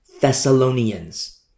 Thessalonians